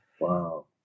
Wow